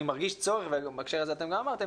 אני מרגיש צורך, ובהקשר הזה אתם גם אמרתם